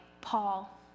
Paul